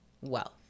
wealth